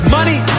Money